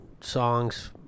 songs